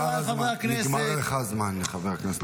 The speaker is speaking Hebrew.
נגמר לך הזמן, חבר הכנסת בוארון.